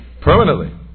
permanently